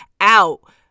out